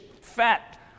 Fat